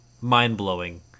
mind-blowing